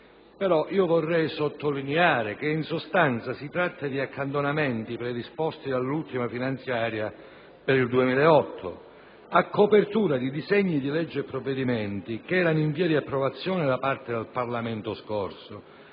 Vorrei però sottolineare che, in sostanza, si tratta di accantonamenti predisposti dall'ultima finanziaria per il 2008 a copertura di disegni di legge e provvedimenti che erano in via di approvazione da parte del Parlamento nella